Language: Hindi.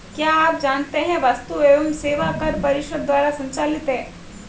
क्या आप जानते है वस्तु एवं सेवा कर परिषद द्वारा संचालित है?